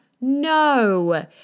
No